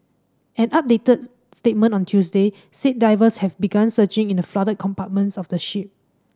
an updated statement on Tuesday said divers have begun searching in the flooded compartments of the ship